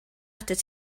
atat